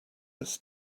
this